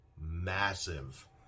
massive